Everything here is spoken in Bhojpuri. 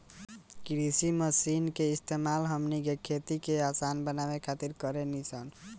कृषि मशीन के इस्तेमाल हमनी के खेती के असान बनावे खातिर कारेनी सन